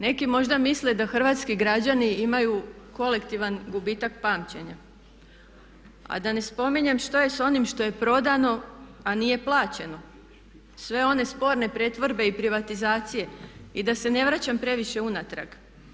Neki možda misle da hrvatski građani imaju kolektivan gubitak pamćenja, a da ne spominjem što je sa onim što je prodano a nije plaćeno, sve one sporne pretvorbe i privatizacije i da se ne vraćam previše unatrag.